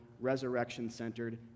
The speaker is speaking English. resurrection-centered